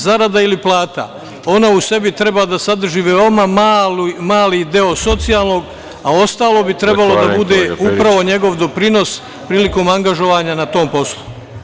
Zarada ili plata u sebi treba da sadrži veoma mali deo socijalnog, a ostalo bi trebalo da bude upravo njegov doprinos prilikom angažovanja na tom poslu.